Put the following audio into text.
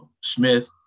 Smith